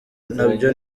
nabyo